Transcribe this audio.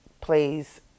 plays